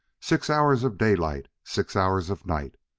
six hours of daylight six hours of night.